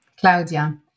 Claudia